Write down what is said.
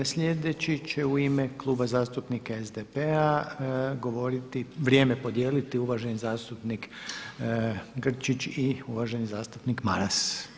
Sljedeći će u ime Kluba zastupnika SDP-a govoriti, vrijeme podijeliti uvaženi zastupnik Grčić i uvaženi zastupnik Maras.